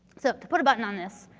so, to put a button on this.